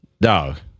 dog